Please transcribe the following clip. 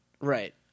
Right